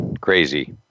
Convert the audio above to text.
crazy